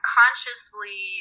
consciously